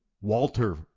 Walter